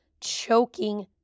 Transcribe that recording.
choking